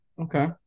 Okay